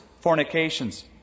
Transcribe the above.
fornications